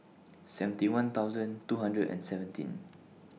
seventy one thousand two hundred and seventeen